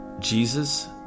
Jesus